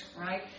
right